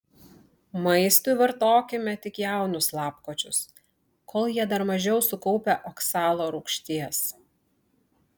maistui vartokime tik jaunus lapkočius kol jie dar mažiau sukaupę oksalo rūgšties